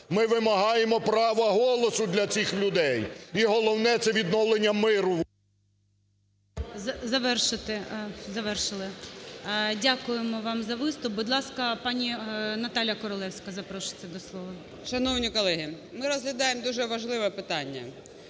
Ми вимагаємо права голосу для цих людей. І головне, це відновлення миру… ГОЛОВУЮЧИЙ. Завершили. Дякуємо вам за виступ. Будь ласка, пані Наталія Королевська запрошується до слова. 17:15:22 КОРОЛЕВСЬКА Н.Ю. Шановні колеги, ми розглядаємо дуже важливе питання.